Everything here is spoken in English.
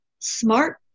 smart